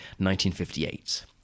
1958